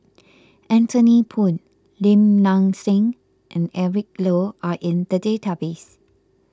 Anthony Poon Lim Nang Seng and Eric Low are in the database